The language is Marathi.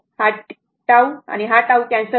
तर τ τ हा कॅन्सल होईल